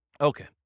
Okay